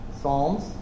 Psalms